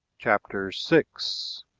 chapter six.